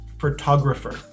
photographer